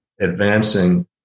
advancing